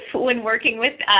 when working with,